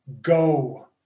Go